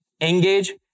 engage